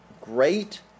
great